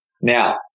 Now